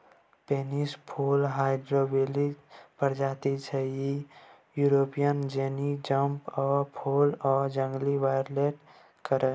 pansy फुल hybrid प्रजाति छै जे युरोपीय जौनी जंप अप फुल आ जंगली वायोलेट केर